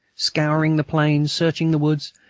scouring the plains, searching the woods,